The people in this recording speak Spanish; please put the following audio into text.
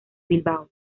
bilbao